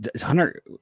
Hunter